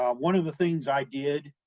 um one of the things i did,